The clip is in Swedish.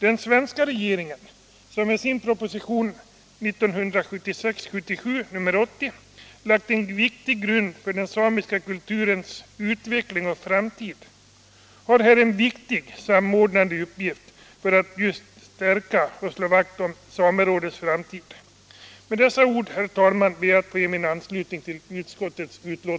Den svenska regeringen, som i sin proposition 1976/77:80 lagt en viktig grund för den samiska kulturens utveckling och framtid, har här en viktig samordnande uppgift för att stärka och slå vakt om samerådets framtid. Med dessa ord, herr talman, ber jag att få ge min anslutning till utskottets hemställan.